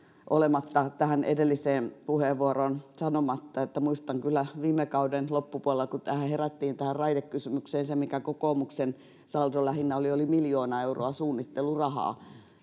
olla tähän edelliseen puheenvuoroon sanomatta että muistan kyllä kun viime kauden loppupuolella herättiin tähän raidekysymykseen se mikä kokoomuksen saldo lähinnä oli oli miljoona euroa suunnittelurahaa